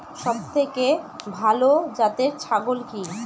সবথেকে ভালো জাতের ছাগল কি?